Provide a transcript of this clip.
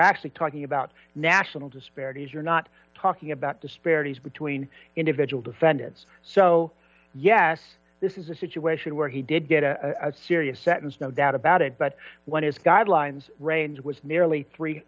actually talking about national disparities you're not talking about disparities between individual defendants so yes this is a situation where he did get a serious sentence no doubt about it but one is guidelines range was nearly three